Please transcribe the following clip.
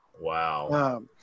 Wow